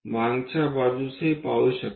मागच्या बाजूसही पाहू शकतो